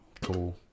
Cool